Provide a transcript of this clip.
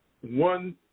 one